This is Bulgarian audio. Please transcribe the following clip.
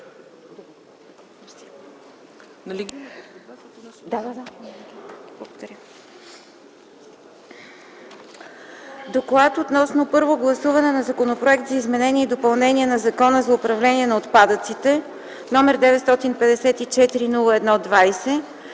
подкрепи на първо гласуване Законопроект за изменение и допълнение на Закона за управление на отпадъците, № 954-01-20,